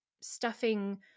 stuffing